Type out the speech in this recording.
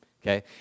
okay